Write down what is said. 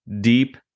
Deep